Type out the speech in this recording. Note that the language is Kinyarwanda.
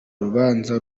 rubanza